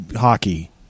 hockey